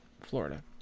Florida